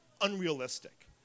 unrealistic